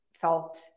felt